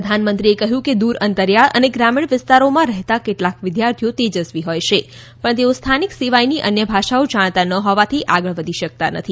પ્રધાનમંત્રીએ કહ્યું કે દુર અંતરીયાળ અને ગ્રામીણ વિસતારોમાં રહેતા કેટલાક વિદ્યાર્થીઓ તેજસ્વી હોય છે પણ તેઓ સ્થાનિક સિવાયની અન્ય ભાષાઓ જાણતા ન હોવાથી આગળ વધી શકતા નથી